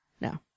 No